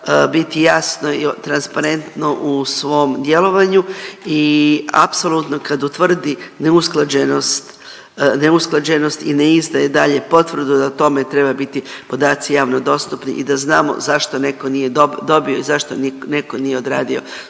biti jasno i transparentno u svom djelovanju i apsolutno kad utvrdi neusklađenost i ne izdaje dalje potvrdu da o tome trebaju biti podaci javno dostupni i da znamo zašto netko nije dobio i zašto netko nije odradio